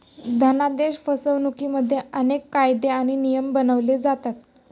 धनादेश फसवणुकिमध्ये अनेक कायदे आणि नियम बनवले जातात